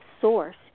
source